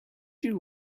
you